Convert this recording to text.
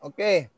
Okay